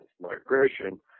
migration